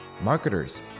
marketers